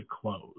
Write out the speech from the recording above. close